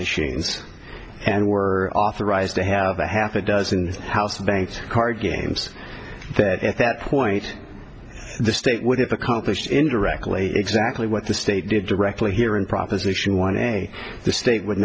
machines and were authorized to have a half a dozen house bank card games that at that point the state would have accomplished indirectly exactly what the state did directly here in proposition one a the state would